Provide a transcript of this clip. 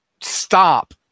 stop